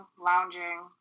lounging